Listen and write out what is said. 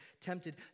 tempted